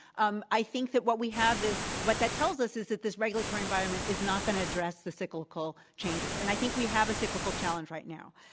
um i think that what we have is what that tells us is that this regulatory environment is not going to address the cyclical changes. and i think we have a cyclical challenge right now.